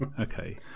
okay